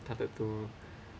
started to